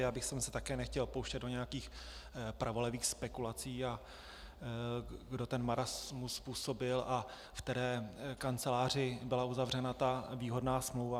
Já bych se také nechtěl pouštět do nějakých pravolevých spekulací, kdo ten marast způsobil a v které kanceláři byla uzavřena ta výhodná smlouva.